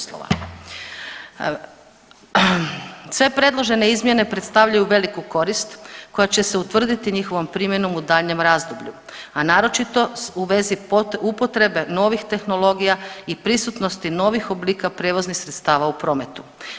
Sve predložene izmjene predstavljaju veliku korist koja će se utvrditi njihovom primjenom u daljnjem razdoblju, a naročito u vezi upotrebe novih tehnologija i prisutnosti novih oblika prijevoznih sredstva u prometu.